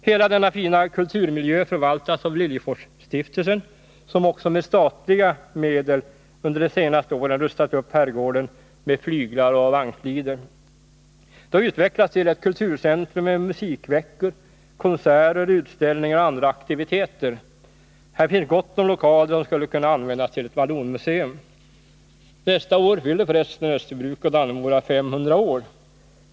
Hela denna fina kulturmiljö förvaltas nu av Liljeforsstiftelsen som också med statliga medel under de senaste åren rustat upp herrgården med flyglar och vagnslider. Österbybruk har utvecklats till ett kulturcentrum med musikveckor, konserter, utställningar och andra aktiviteter. Här finns gott om lokaler som skulle kunna användas för ett vallonmuseum. Nästa år fyller för resten Österbybruk och Dannemora 500 år.